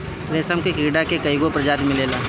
रेशम के कीड़ा के कईगो प्रजाति मिलेला